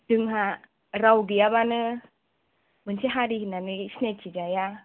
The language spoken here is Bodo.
जोंहा राव गैयाबानो मोनसे हारि होन्नानै सिनायथि जाया